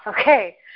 Okay